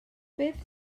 beth